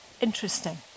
interesting